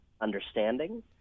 understanding